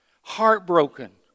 heartbroken